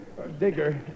Digger